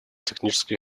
технические